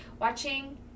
watching